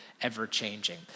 ever-changing